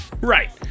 Right